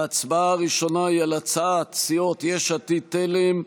ההצבעה הראשונה היא על הצעת סיעות יש עתיד-תל"ם,